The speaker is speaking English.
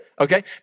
okay